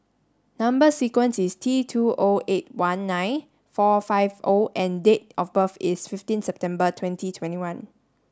number sequence is T two O eight one nine four five O and date of birth is fifteen September twenty twenty one